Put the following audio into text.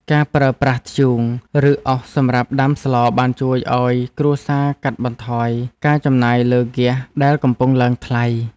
ការប្រើប្រាស់ធ្យូង ឬអុសសម្រាប់ដាំស្លបានជួយឱ្យគ្រួសារកាត់បន្ថយការចំណាយលើហ្គាសដែលកំពុងឡើងថ្លៃ។